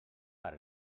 per